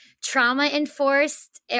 trauma-enforced